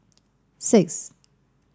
six